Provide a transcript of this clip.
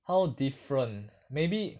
how different maybe